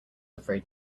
afraid